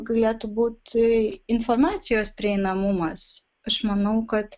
galėtų būti informacijos prieinamumas aš manau kad